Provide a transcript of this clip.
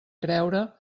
creure